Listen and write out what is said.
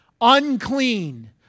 unclean